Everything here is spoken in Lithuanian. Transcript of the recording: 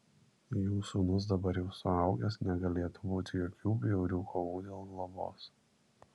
jų sūnus dabar jau suaugęs negalėtų būti jokių bjaurių kovų dėl globos